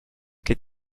get